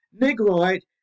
Negroid